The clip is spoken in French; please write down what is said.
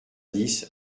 dix